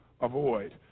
avoid